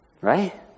Right